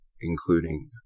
including